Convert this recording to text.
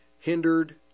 hindered